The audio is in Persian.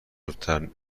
زودتر